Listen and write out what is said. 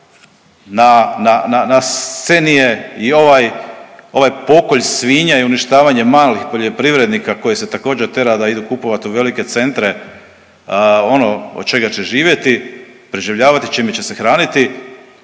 i ovaj, ovaj pokolj svinja i uništavanje malih poljoprivrednika koje se također, tera da idu kupovati u velike centre, ono, od čega će živjeti, preživljavati, čime će se hraniti,